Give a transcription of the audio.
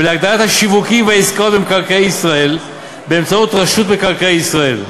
ולהגדלת השיווקים והעסקאות במקרקעי ישראל באמצעות רשות מקרקעי ישראל.